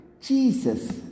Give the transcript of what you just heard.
Jesus